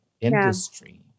industry